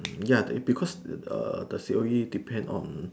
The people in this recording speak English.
ya because the C_O_E depend on